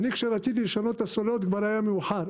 אני כשרציתי לשנות את הסוללות כבר היה מאוחר,